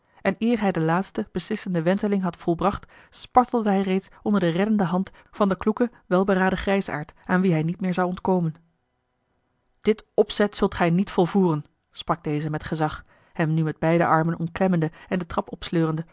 en eer hij de laatste beslissende wenteling had volbracht spartelde hij reeds onder de reddende hand van den kloeken welberaden grijsaard aan wien hij niet meer zou ontkomen dit opzet zult gij niet volvoeren sprak deze met gezag hem nu met beide armen omklemmende en de trap opsleurende